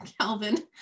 Calvin